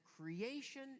creation